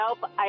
Nope